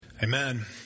Amen